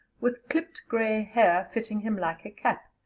with clipped grey hair fitting him like a cap,